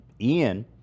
ian